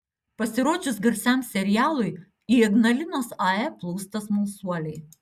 pasirodžius garsiam serialui į ignalinos ae plūsta smalsuoliai